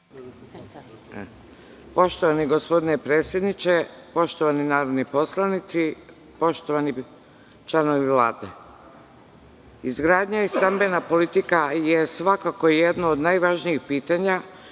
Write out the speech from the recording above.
Poštovani gospodine predsedniče, poštovani narodni poslanici, poštovani članovi Vlade, izgradnja i stambena politika je svakako jedno od najvažnijih pitanja